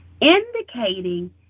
indicating